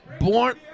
Born